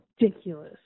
ridiculous